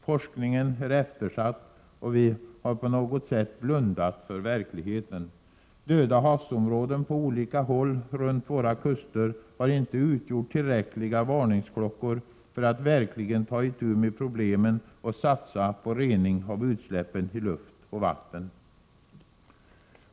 Forskningen är eftersatt, och vi har på något sätt blundat för verkligheten. Döda havsområden på olika håll runt våra kuster har inte utgjort tillräckliga varningsklockor när det gäller att verkligen ta i tu med problemen och satsa på rening av utsläppen i luft och vatten.